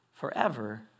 forever